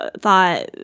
thought